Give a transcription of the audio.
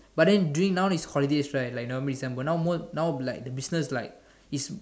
but then during now is holidays right like normally December now more now be like the business like is